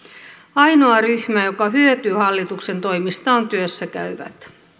ainoa ryhmä joka hyötyy hallituksen toimista on työssä käyvät